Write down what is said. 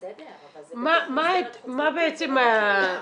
בסדר, אבל זה בתוך מסגרת חוץ ביתית, לא בקהילה.